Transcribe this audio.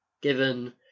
given